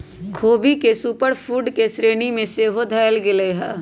ख़ोबी के super food के श्रेणी में सेहो धयल गेलइ ह